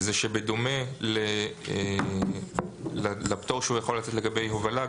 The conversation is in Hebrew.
זה שבדומה לפטור שהוא יכול לתת לגבי הובלה,